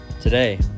Today